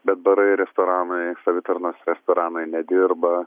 bet barai ir restoranai savitarnos restoranai nedirba